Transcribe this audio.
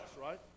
right